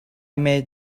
made